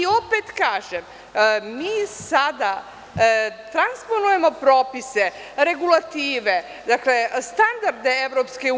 Opet kažem, mi sada transponujemo propise, regulative, dakle, standarde EU.